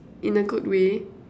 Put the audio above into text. in a good way